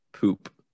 poop